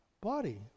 body